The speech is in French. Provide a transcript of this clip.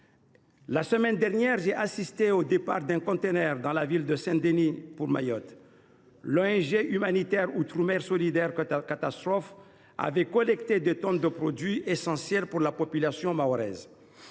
La semaine dernière, j’ai assisté au départ d’un conteneur de la ville de Saint Denis pour Mayotte. L’ONG humanitaire Outre mer solidarités catastrophes avait collecté des tonnes de produits essentiels pour la population mahoraise.